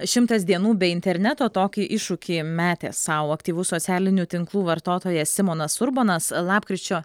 šimtas dienų be interneto tokį iššūkį metė sau aktyvus socialinių tinklų vartotojas simonas urbonas lapkričio